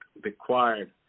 required